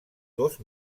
dos